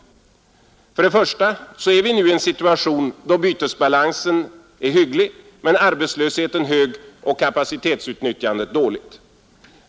För det första är vi nu i en situation då bytesbalansen är hygglig men arbetslösheten hög och kapacitetsutnyttjandet dåligt.